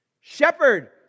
Shepherd